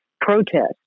protest